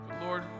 Lord